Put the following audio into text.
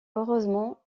heureusement